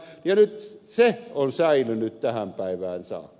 ja se on säilynyt tähän päivään saakka